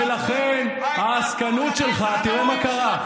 ולכן העסקנות שלך, תראה מה קרה.